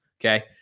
Okay